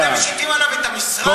אתם משיתים עליו את המשרד,